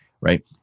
right